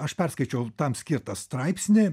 aš perskaičiau tam skirtą straipsnį